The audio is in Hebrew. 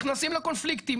נכנסים לקונפליקטים.